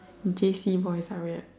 J_C boys are weird